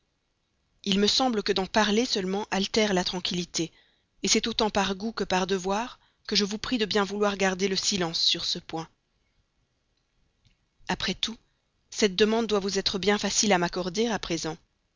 il me semble que d'en parler seulement altère la tranquillité c'est autant par goût que par devoir que je vous prie de vouloir bien garder le silence sur cet objet après tout cette demande doit vous être bien facile à m'accorder à présent